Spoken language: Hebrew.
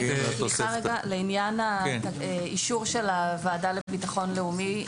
לעניין האישור של הוועדה לביטחון לאומי.